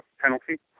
penalty